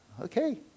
okay